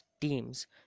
Teams